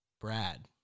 Brad